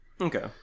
Okay